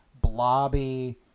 blobby